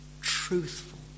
Truthful